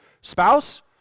spouse